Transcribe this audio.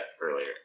earlier